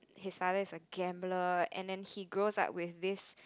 his father is a gambler and then he grows up with this